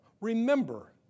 Remember